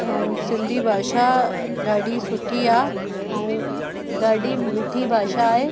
ऐं सिंधी भाषा ॾाढी सुठी आहे ऐं ॾाढी मिठी भाषा आहे